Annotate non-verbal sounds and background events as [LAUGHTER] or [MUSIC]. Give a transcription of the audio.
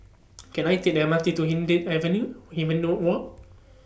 [NOISE] Can I Take The M R T to Hindhede Avenue Hui Me know Walk